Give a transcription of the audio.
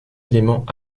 éléments